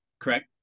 Correct